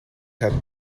herr